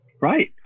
right